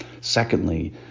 Secondly